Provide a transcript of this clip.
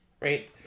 right